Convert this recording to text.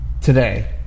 today